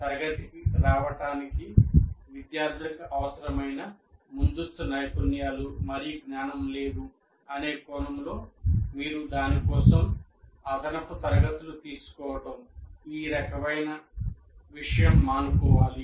తరగతికి రావడానికి విద్యార్థులకు అవసరమైన ముందస్తు నైపుణ్యాలు మరియు జ్ఞానం లేదు అనే కోణంలో మీరు దాని కోసం అదనపు తరగతులు తీసుకోవడం ఈ రకమైన విషయం మానుకోవాలి